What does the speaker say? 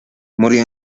murió